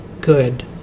good